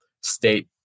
state